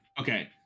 okay